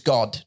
God